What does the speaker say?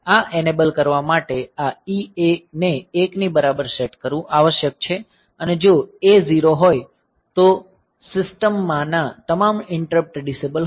આ એનેબલ કરવા માટે આ EA ને 1 ની બરાબર સેટ કરવું આવશ્યક છે અને જો A 0 હોય તો સિસ્ટમમાંના તમામ ઈંટરપ્ટ ડિસેબલ હોય છે